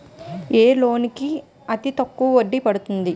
ఏ loan కి అతి తక్కువ వడ్డీ పడుతుంది?